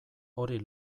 hori